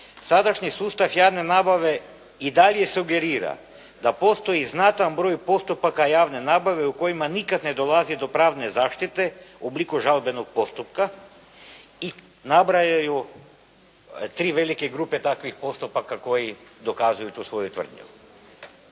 sadašnji sustav javne nabave i dalje sugerira da postoji znatan broj postupaka javne nabave u kojima nikad ne dolazi do pravne zaštite u obliku žalbenog postupka i nabrajaju tri velike grupe takvih postupaka koji dokazuju tu svoju tvrdnju.